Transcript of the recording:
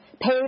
paid